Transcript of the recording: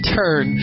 turn